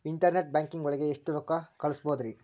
Internet banking ಒಳಗೆ ಎಷ್ಟ್ ರೊಕ್ಕ ಕಲ್ಸ್ಬೋದ್ ರಿ?